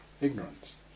ignorance